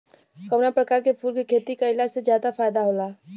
कवना प्रकार के फूल के खेती कइला से ज्यादा फायदा होला?